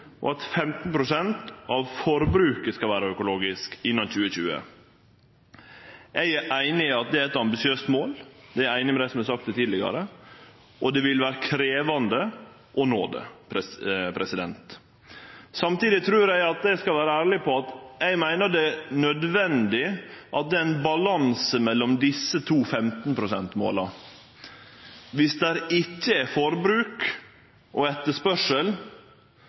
innan 2020. Eg er einig i at det er eit ambisiøst mål, eg er einig med dei som har sagt det tidlegare, og det vil vere krevjande å nå det. Samtidig trur eg at eg skal vere ærleg på at eg meiner det er nødvendig at det er ein balanse mellom desse to 15 pst.-måla. Dersom det ikkje er forbruk og etterspørsel,